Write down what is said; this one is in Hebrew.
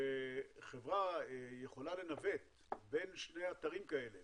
שחברה יכולה לנווט בין שני אתרים כאלה